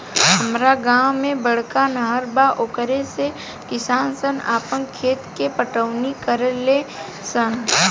हामरा गांव में बड़का नहर बा ओकरे से किसान सन आपन खेत के पटवनी करेले सन